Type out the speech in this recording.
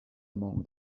among